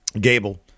Gable